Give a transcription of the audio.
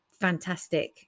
fantastic